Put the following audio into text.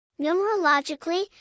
Numerologically